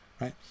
Right